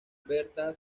berta